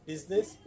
Business